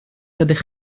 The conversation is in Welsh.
ydych